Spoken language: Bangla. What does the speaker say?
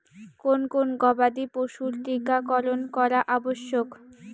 কোন কোন গবাদি পশুর টীকা করন করা আবশ্যক?